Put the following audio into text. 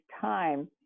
time